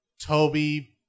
Toby